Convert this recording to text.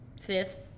fifth